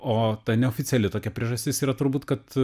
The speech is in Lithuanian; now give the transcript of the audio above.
o ta neoficiali tokia priežastis yra turbūt kad